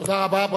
תודה רבה.